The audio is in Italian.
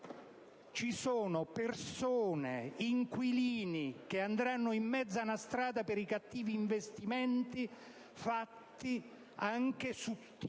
Ci sono persone ed inquilini che andranno in mezzo a una strada per i cattivi investimenti fatti anche su titoli